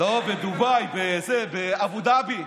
לא, בדובאי, באבו דאבי.